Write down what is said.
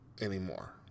anymore